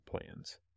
plans